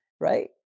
Right